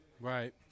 Right